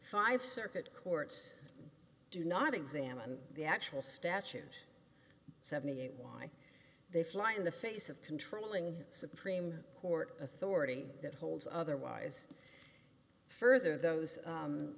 five circuit courts do not examine the actual statute seventy eight why they fly in the face of controlling supreme court authority that holds otherwise further those